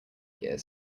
gear